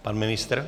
Pan ministr?